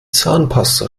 zahnpasta